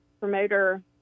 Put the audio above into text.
promoter